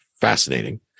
fascinating